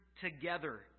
together